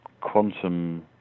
quantum